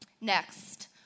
Next